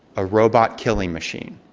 a robot killing machine.